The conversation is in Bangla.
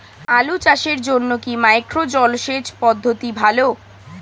আলু চাষের জন্য কি মাইক্রো জলসেচ পদ্ধতি ভালো?